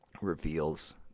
reveals